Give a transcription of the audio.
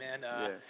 man